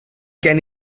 gen